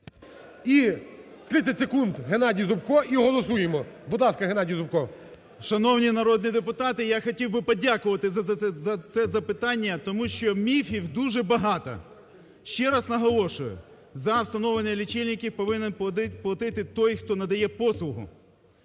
І 30 секунд Геннадій Зубко і голосуємо. Будь ласка, Геннадій Зубко. 17:38:19 ЗУБКО Г.Г. Шановні народні депутати! Я хотів би подякувати за це запитання тому що міфів дуже багато. Ще раз наголошую, за встановлення лічильників повинен платити той хто надає послугу.